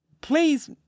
Please